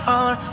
on